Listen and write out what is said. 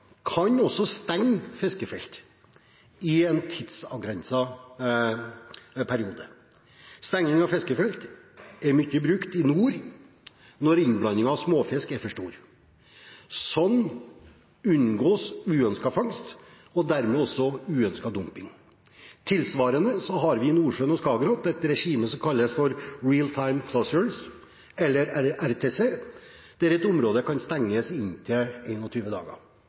kan også stenge fiskefelt i en tidsavgrenset periode. Stenging av fiskefelt er mye brukt i nord når innblandingen av småfisk er for stor. Slik unngås uønsket fangst, og dermed også uønsket dumping. Tilsvarende har vi i Nordsjøen og Skagerrak et regime som kalles Real Time Closure – eller RTC – der et område kan stenges i inntil 21 dager.